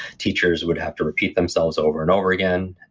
teachers would have to repeat themselves over and over again,